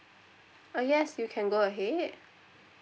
uh yes you can go ahead